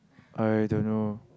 I don't know